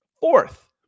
fourth